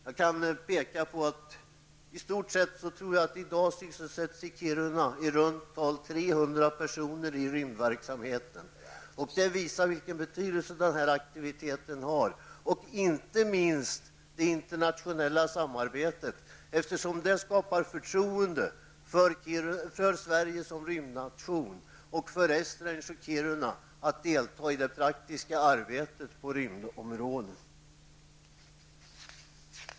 Jag tror att i runda tal 300 personer i dag sysselsätts i rymdverksamheten. Det visar vilken betydelse den här aktiviteten har och inte minst det internationella samarbetet, eftersom det skapar förtroende för Sverige som rymdnation och för Esrange i Kiruna att delta i det praktiska arbetet på rymdområdet.